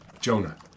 Jonah